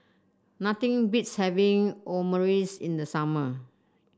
nothing beats having Omurice in the summer